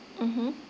mmhmm